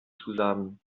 zusammen